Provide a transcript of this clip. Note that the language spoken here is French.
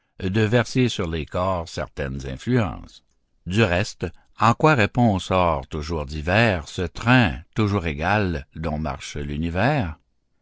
de verser sur les corps certaines influences du reste en quoi répond au sort toujours divers ce train toujours égal dont marche l'univers